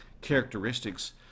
characteristics